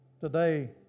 Today